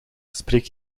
spreek